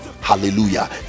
hallelujah